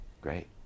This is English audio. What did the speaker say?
Great